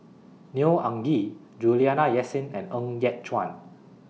Neo Anngee Juliana Yasin and Ng Yat Chuan